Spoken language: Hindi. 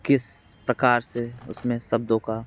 किस प्रकार से उसमें शब्दों का